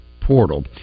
portal